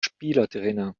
spielertrainer